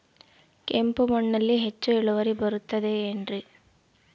ಕೆಂಪು ಮಣ್ಣಲ್ಲಿ ಹೆಚ್ಚು ಇಳುವರಿ ಬರುತ್ತದೆ ಏನ್ರಿ?